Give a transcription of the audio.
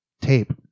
tape